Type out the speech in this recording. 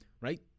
right